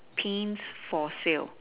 Pins for sale